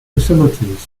facilities